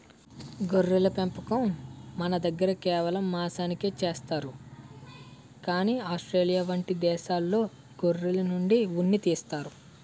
గొర్రెల పెంపకం మనదగ్గర కేవలం మాంసానికే చేస్తారు కానీ ఆస్ట్రేలియా వంటి దేశాల్లో గొర్రెల నుండి ఉన్ని తీస్తారు